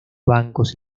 bancos